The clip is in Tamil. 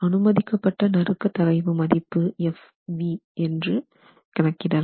அனுமதிக்கப்பட்ட நறுக்க தகைவு மதிப்பு fv என்ன என்று கணக்கிடலாம்